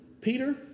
Peter